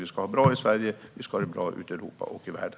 Vi ska ha det bra i Sverige, och vi ska ha det bra ute i Europa och världen.